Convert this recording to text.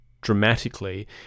dramatically